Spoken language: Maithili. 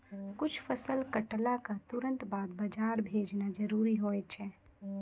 कुछ फसल कटला क तुरंत बाद बाजार भेजना जरूरी होय छै